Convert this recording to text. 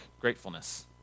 gratefulness